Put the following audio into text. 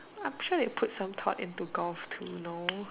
I'm sure they have put some thoughts into golf too know